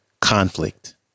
conflict